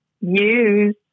use